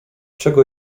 czego